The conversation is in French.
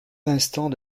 l’instant